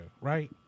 right